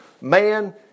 man